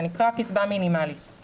זה נקרא קצבה מינימלית,